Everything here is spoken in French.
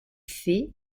fées